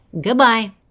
goodbye